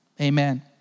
Amen